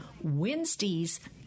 Wednesdays